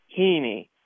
Heaney